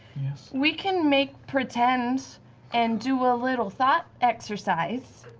we can make pretend and do a little thought exercise,